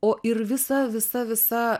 o ir visa visa visa